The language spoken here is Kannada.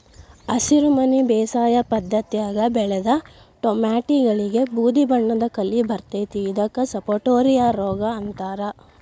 ಹಸಿರುಮನಿ ಬೇಸಾಯ ಪದ್ಧತ್ಯಾಗ ಬೆಳದ ಟೊಮ್ಯಾಟಿಗಳಿಗೆ ಬೂದಿಬಣ್ಣದ ಕಲಿ ಬರ್ತೇತಿ ಇದಕ್ಕ ಸಪಟೋರಿಯಾ ರೋಗ ಅಂತಾರ